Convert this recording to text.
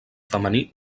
femení